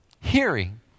hearing